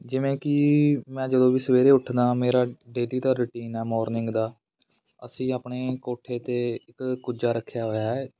ਜਿਵੇਂ ਕਿ ਮੈਂ ਜਦੋਂ ਵੀ ਸਵੇਰੇ ਉੱਠਦਾ ਹਾਂ ਮੇਰਾ ਡੇਲੀ ਦਾ ਰੂਟੀਨ ਆ ਮੋਰਨਿੰਗ ਦਾ ਅਸੀਂ ਆਪਣੇ ਕੋਠੇ 'ਤੇ ਇੱਕ ਕੁੱਜਾ ਰੱਖਿਆ ਹੋਇਆ ਹੈ